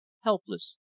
helpless